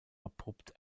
abrupt